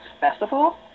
Festival